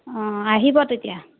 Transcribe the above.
অঁ আহিব তেতিয়া